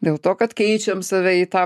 dėl to kad keičiam save į tą